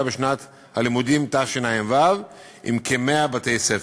בשנת הלימודים תשע"ו עם כ-100 בתי-ספר.